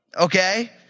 Okay